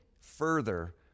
further